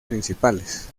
principales